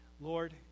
Lord